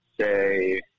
say